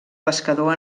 pescador